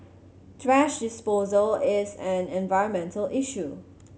thrash disposal is an environmental issue